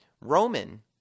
Roman